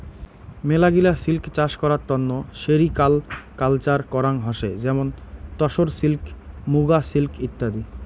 মেলাগিলা সিল্ক চাষ করার তন্ন সেরিকালকালচার করাঙ হসে যেমন তসর সিল্ক, মুগা সিল্ক ইত্যাদি